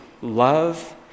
love